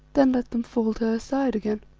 then let them fall to her side again.